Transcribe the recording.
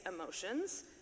emotions